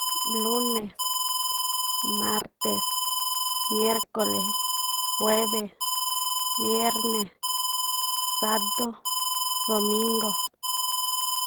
Lúné, mártés, mierkole̱, juéves, vierne, sádó, domíngo̱.